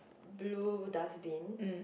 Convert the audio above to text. blue dustbin